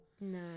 no